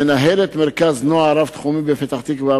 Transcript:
מנהלת מרכז נוער רב-תחומי בפתח-תקווה,